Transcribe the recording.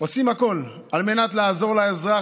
עושה הכול על מנת לעזור לאזרח.